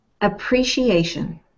Appreciation